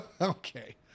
okay